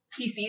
PC